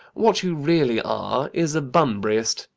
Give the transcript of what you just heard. what you really are is a bunburyist.